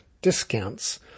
discounts